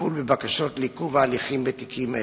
לטיפול בבקשות לעיכוב ההליכים בתיקים אלה.